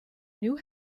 new